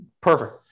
perfect